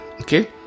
okay